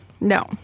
No